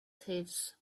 thieves